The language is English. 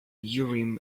urim